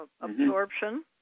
absorption